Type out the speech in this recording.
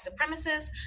supremacists